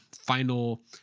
final